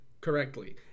correctly